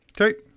Okay